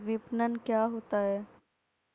विपणन क्या होता है?